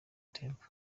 temple